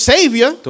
Savior